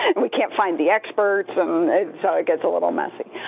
and we can't find the experts so it gets a little messy.